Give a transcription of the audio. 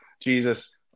Jesus